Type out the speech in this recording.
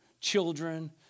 Children